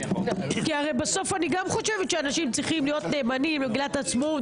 כי הרי בסוף אני גם חושבת שאנשים צריכים להיות נאמנים למגילת העצמאות,